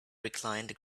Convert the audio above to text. reclined